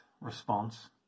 response